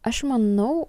aš manau